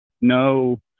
no